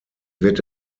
wird